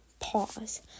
Pause